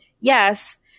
yes